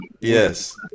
Yes